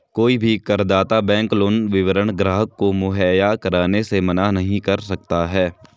कोई भी करदाता बैंक लोन विवरण ग्राहक को मुहैया कराने से मना नहीं कर सकता है